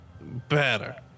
better